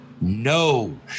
No